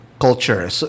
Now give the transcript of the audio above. culture